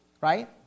right